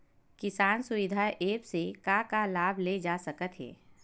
किसान सुविधा एप्प से का का लाभ ले जा सकत हे?